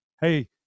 hey